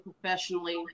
professionally